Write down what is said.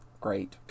Great